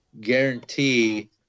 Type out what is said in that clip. guarantee